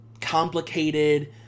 complicated